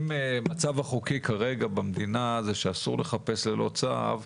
אם המצב החוקי כרגע במדינה זה שאסור לחפש ללא צו,